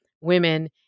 women